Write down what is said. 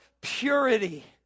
purity